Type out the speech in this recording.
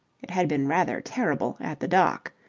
it had been rather terrible at the dock.